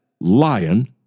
lion